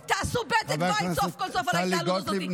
תעשו בדק בית סוף-כל-סוף על ההתנהלות הזאת.